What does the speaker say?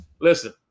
Listen